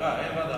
אין ועדת ערר.